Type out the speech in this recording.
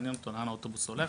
מעניין אותו לאן האוטובוס הולך,